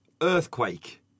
Earthquake